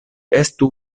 estu